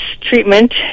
treatment